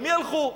למי הלכו?